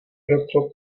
proto